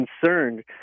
concerned